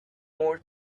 more